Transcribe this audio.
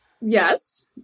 Yes